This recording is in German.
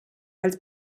als